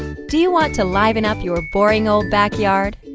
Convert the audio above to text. do you want to liven up your boring, old backyard?